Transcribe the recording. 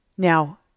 Now